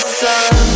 sun